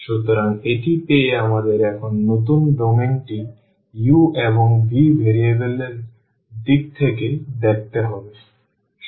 সুতরাং এটি পেয়ে আমাদের এখন নতুন ডোমেইনটি u এবং v ভেরিয়েবল এর দিক থেকে দেখতে হবে